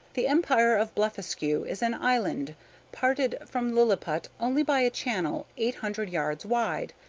the empire of blefuscu is an island parted from lilliput only by a channel eight hundred yards wide.